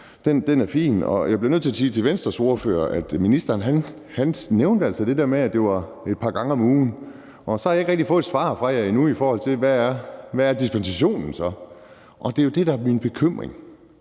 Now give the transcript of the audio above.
er fin. Jeg bliver nødt til at sige til Venstres ordfører, at ministeren altså nævnte det der med, at det var et par gange om ugen, og at jeg ikke rigtig har fået et svar fra jer endnu på, hvad dispensationen så er, og det er jo det, der er min bekymring.